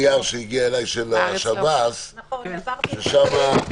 הנהלת בתי המשפט פנתה אלינו וביקשה שנוריד,